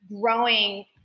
growing